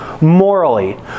morally